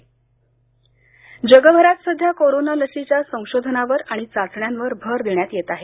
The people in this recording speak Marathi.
कोरोना लस जगभरात सध्या कोरोना लशीच्या संशोधनावर आणि चाचण्यांवर भर देण्यात येत आहे